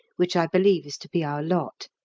which i believe is to be our lot.